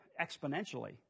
exponentially